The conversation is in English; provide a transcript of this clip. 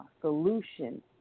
solution